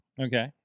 Okay